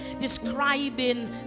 describing